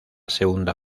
segunda